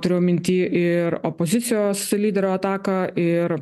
turiu minty ir opozicijos lyderio ataką ir